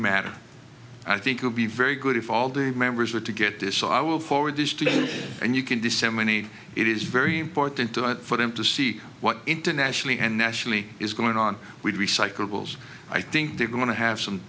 matter i think it would be very good if all the members were to get this so i will forward this to you and you can disseminate it is very important for them to see what internationally and nationally is going on with recyclables i think they're going to have some